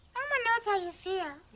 elmo knows how you feel.